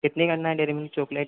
कितनी करना है डेरी मिल्क चोकलेट